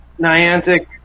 Niantic